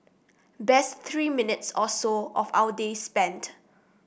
best three minutes or so of our day spent